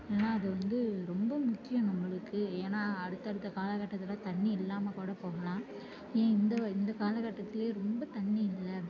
ஏன்னால் அது வந்து ரொம்ப முக்கியம் நம்மளுக்கு ஏன்னால் அடுத்த அடுத்த காலகட்டத்தில் தண்ணி இல்லாமல் கூட போகலாம் நீ இந்த இந்த காலகட்டத்துலேயே ரொம்ப தண்ணி இல்லை